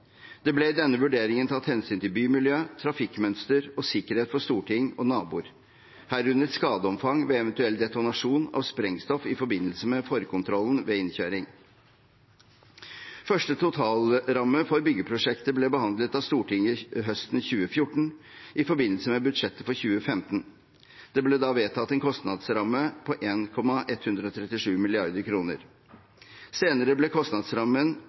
Det ble i denne vurderingen tatt hensyn til bymiljøet, trafikkmønster og sikkerhet for Stortinget og naboer, herunder skadeomfang ved eventuell detonasjon av sprengstoff i forbindelse med forkontrollen ved innkjøring. Første totalramme for byggeprosjektet ble behandlet av Stortinget høsten 2014 i forbindelse med budsjettet for 2015. Det ble da vedtatt en kostnadsramme på 1,137 mrd. kr. Senere er kostnadsrammen